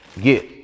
get